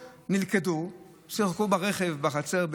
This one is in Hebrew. שיחקו ברכב בחצר,